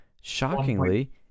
Shockingly